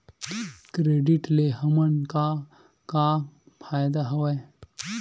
Credit ले हमन का का फ़ायदा हवय?